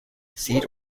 seed